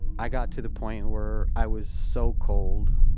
i got to the point where i was so cold,